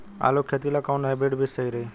आलू के खेती ला कोवन हाइब्रिड बीज सही रही?